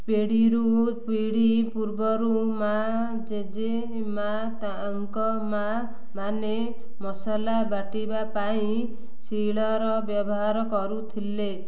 ପିଢ଼ୀରୁ ପିଢ଼ୀ ପୂର୍ବରୁ ମାଆ ଜେଜେ ମାଆ ତାଙ୍କ ମାଆମାନେ ମସଲା ବାଟିବା ପାଇଁ ଶୀଳର ବ୍ୟବହାର କରୁଥିଲେ